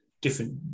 different